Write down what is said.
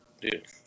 Dude